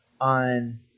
on